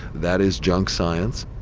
that is junk science.